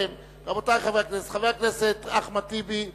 רבותי חברי הכנסת, חבר הכנסת אחמד טיבי מדבר,